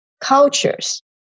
cultures